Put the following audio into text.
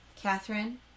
Catherine